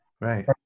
Right